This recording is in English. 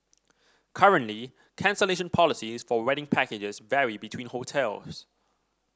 currently cancellation policies for wedding packages vary between hotels